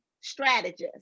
strategist